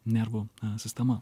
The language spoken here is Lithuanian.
nervų sistema